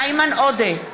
איימן עודה,